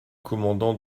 commandant